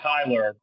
Tyler